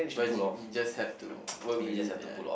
was it you just had to work with it ya